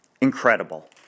Incredible